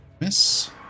Miss